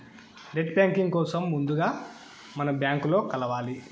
net banking కోసం ముందుగా మనం బ్యాంకులో కలవాలి